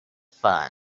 fun